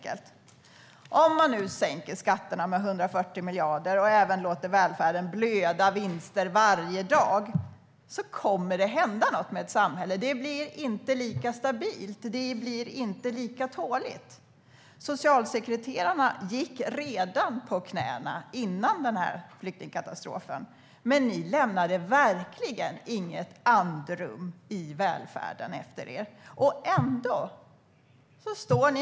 Om man sänker skatterna med 140 miljarder och låter välfärden blöda vinster varje dag kommer det att hända något med samhället. Det blir inte lika stabilt. Det blir inte lika tåligt. Socialsekreterarna gick på knäna redan före flyktingkatastrofen, för ni lämnade verkligen inget andrum efter er i välfärden.